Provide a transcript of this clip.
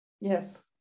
yes